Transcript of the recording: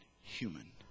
human